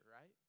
right